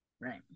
Right